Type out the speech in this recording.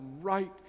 right